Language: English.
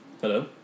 Hello